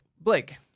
Blake